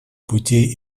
путей